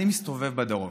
אני מסתובב בדרום.